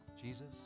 Jesus